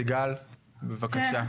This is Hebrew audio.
סיגל, בבקשה.